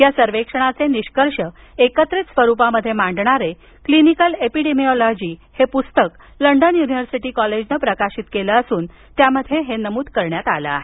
या सर्वेक्षणाचे निष्कर्ष एकत्रित स्वरूपात मांडणारे क्लिनिकल एपीडेमीऑलॉजी हे पुस्तक लंडन युनिव्हर्सिटी कॉलेजनं प्रकाशित केलं असून त्यामध्ये हे नमूद करण्यात आलं आहे